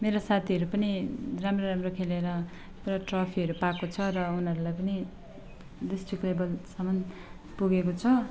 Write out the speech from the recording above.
मेरो साथीहरू पनि राम्रो राम्रो खेलेर पुरा ट्रफीहरू पाएको छ र उनीहरूलाई पनि डिस्ट्रिक्ट लेभेलसम्मन पुगेको छ